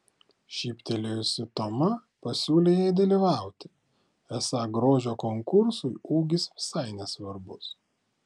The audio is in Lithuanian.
šyptelėjusi toma pasiūlė jai dalyvauti esą grožio konkursui ūgis visai nesvarbus